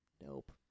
nope